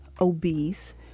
obese